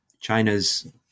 China's